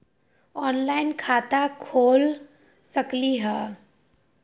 Online खाता खोल सकलीह?